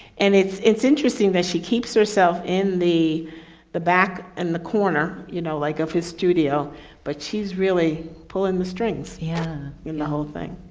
and it's it's interesting that she keeps herself in the the back in and the corner you know like of his studio but she's really pulling the strings yeah in the whole thing.